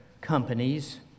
companies